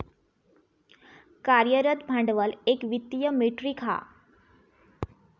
कार्यरत भांडवल एक वित्तीय मेट्रीक हा